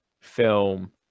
film